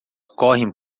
correm